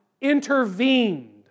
intervened